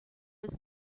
was